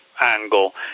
angle